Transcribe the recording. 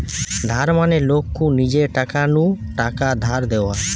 ধার মানে লোক কু নিজের টাকা নু টাকা ধার দেওয়া